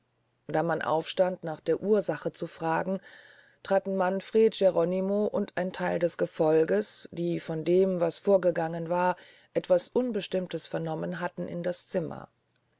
da man aufstand nach der ursache zu fragen traten manfred geronimo und ein theil des gefolges die von dem was vorgegangen war etwas unbestimmtes vernommen hatten in das zimmer